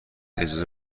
اجازه